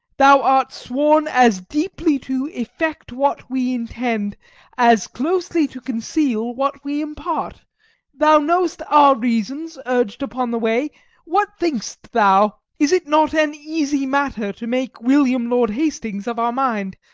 thou art sworn as deeply to effect what we intend as closely to conceal what we impart thou know'st our reasons urg'd upon the way what think'st thou? is it not an easy matter to make william lord hastings of our mind,